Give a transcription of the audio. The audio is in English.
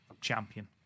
champion